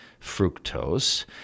fructose